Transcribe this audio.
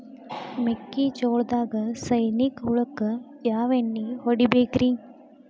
ಮೆಕ್ಕಿಜೋಳದಾಗ ಸೈನಿಕ ಹುಳಕ್ಕ ಯಾವ ಎಣ್ಣಿ ಹೊಡಿಬೇಕ್ರೇ?